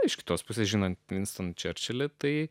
iš kitos pusės žinant vinstoną čerčilį tai